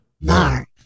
Mark